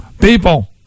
People